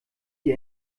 die